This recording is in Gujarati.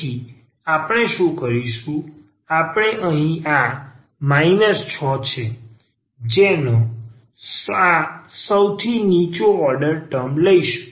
તેથી આપણે શું કરીશું આપણે અહીં આ 6 છે જેનો આ સૌથી નીચો ઓર્ડર ટર્મ લઈશું